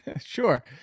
Sure